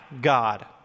God